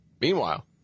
Meanwhile